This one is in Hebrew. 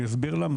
אני אסביר למה.